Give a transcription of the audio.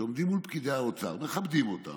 שעומדים מול פקידי האוצר, מכבדים אותם,